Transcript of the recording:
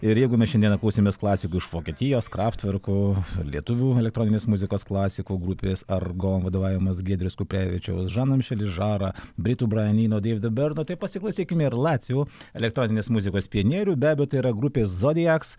ir jeigu mes šiandieną klausėmės klasikų iš vokietijos krafverkų lietuvių elektroninės muzikos klasikų grupės argom vadovaujamas giedriaus kuprevičiaus žanam šili žara britų brain ino deivido bernotai pasiklausykime ir latvių elektroninės muzikos pionierių be abejo tai yra grupės zodiaks